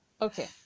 Okay